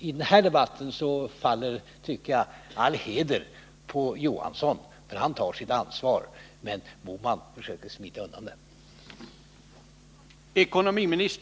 I den här debatten faller all heder på Olof Johansson — han tar sitt ansvar, men Bohman försöker smita undan det.